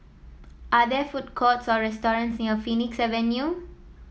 are there food courts or restaurants near Phoenix Avenue